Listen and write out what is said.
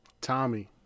tommy